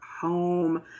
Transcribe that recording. home